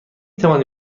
توانی